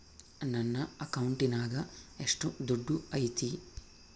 ನನ್ನ ಅಕೌಂಟಿನಾಗ ಎಷ್ಟು ದುಡ್ಡು ಐತಿ?